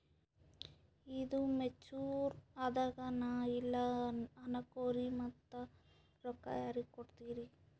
ಈದು ಮೆಚುರ್ ಅದಾಗ ನಾ ಇಲ್ಲ ಅನಕೊರಿ ಮತ್ತ ರೊಕ್ಕ ಯಾರಿಗ ಕೊಡತಿರಿ?